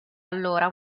allora